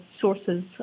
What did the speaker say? sources